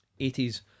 80s